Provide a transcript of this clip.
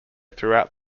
throughout